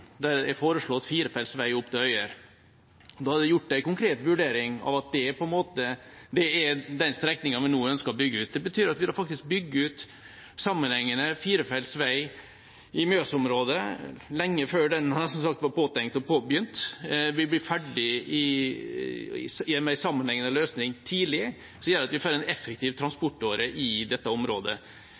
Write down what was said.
der det er foreslått firefeltsvei opp til Øyer. Da er det gjort en konkret vurdering av at det er den strekningen vi nå ønsker å bygge ut. Det betyr at vi faktisk bygger ut en sammenhengende firefeltsvei i Mjøs-området lenge før den – jeg hadde nesten sagt – var påtenkt og påbegynt. Vi blir ferdig med en sammenhengende løsning tidlig, noe som gjør at vi får en effektiv transportåre i dette området.